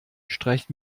streicht